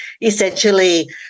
essentially